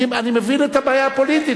אני מבין את הבעיה הפוליטית.